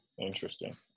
Interesting